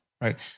right